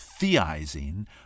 theizing